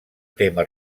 tema